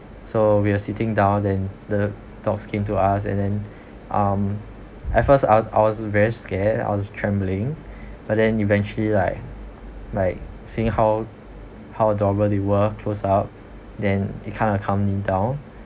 so we were sitting down then the dogs came to us and then um at first I w~ I was very scared and I was trembling but then eventually like like seeing how how adorable they were close-up then it kind of calmed me down